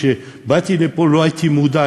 כשבאתי לפה לא הייתי מודע,